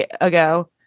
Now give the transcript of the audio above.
ago